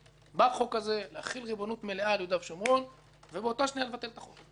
בחוק הזה להחיל ריבונות על יהודה ושומרון ובאותה שנייה לבטל את החוק.